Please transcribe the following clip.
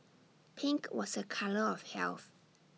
pink was A colour of health